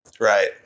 Right